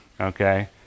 Okay